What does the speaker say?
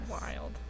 Wild